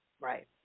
Right